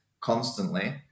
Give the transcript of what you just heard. constantly